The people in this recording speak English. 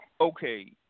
okay